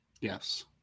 Yes